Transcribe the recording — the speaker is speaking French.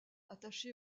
attaché